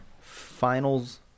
finals